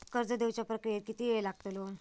कर्ज देवच्या प्रक्रियेत किती येळ लागतलो?